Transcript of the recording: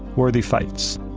worthy fights.